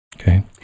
Okay